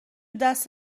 دست